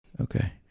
Okay